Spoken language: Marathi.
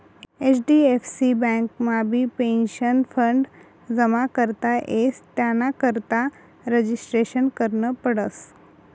एच.डी.एफ.सी बँकमाबी पेंशनफंड जमा करता येस त्यानाकरता रजिस्ट्रेशन करनं पडस